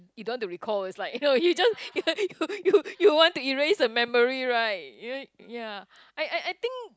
you don't want to recall it's like you just you you you you want to erase the memory right y~ ya I I I think